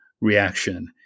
reaction